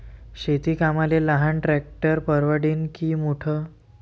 शेती कामाले लहान ट्रॅक्टर परवडीनं की मोठं?